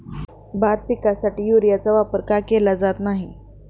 भात पिकासाठी युरियाचा वापर का केला जात नाही?